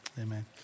Amen